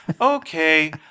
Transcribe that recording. Okay